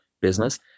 business